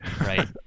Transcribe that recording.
Right